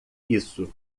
isso